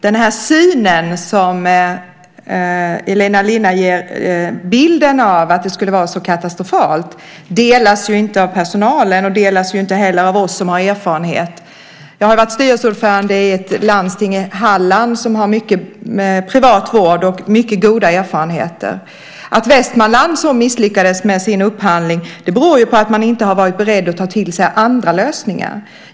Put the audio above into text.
Den bild som Elina Linna ger av att det skulle vara så katastrofalt delas inte av personalen och delas inte heller av oss som har erfarenhet. Jag har varit styrelseordförande i ett landsting, i Halland, som har mycket privat vård och mycket goda erfarenheter. Att Västmanland misslyckades så med sin upphandling beror på att man inte har varit beredd att ta till sig andra lösningar.